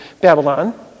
Babylon